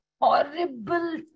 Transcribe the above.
horrible